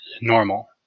normal